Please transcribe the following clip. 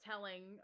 Telling